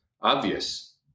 obvious